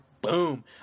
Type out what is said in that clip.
Boom